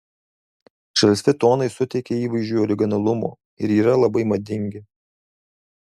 žalsvi tonai suteikia įvaizdžiui originalumo ir yra labai madingi